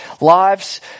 lives